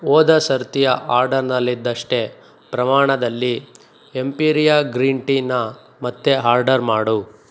ಹೋದ ಸರ್ತಿಯ ಆರ್ಡರ್ನಲ್ಲಿದ್ದಷ್ಟೇ ಪ್ರಮಾಣದಲ್ಲಿ ಎಂಪಿರಿಯಾ ಗ್ರೀನ್ ಟೀನ ಮತ್ತೆ ಹಾರ್ಡರ್ ಮಾಡು